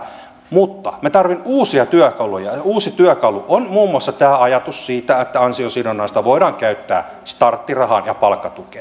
mutta minä tarvitsen uusia työkaluja ja uusi työkalu on muun muassa tämä ajatus siitä että ansiosidonnaista voidaan käyttää starttirahaan ja palkkatukeen